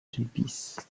sulpice